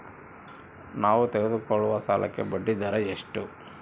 ನಾವು ತೆಗೆದುಕೊಳ್ಳುವ ಸಾಲಕ್ಕೆ ಬಡ್ಡಿದರ ಎಷ್ಟು?